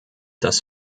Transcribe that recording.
das